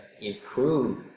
improve